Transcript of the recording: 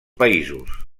països